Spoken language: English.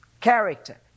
Character